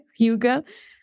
Huga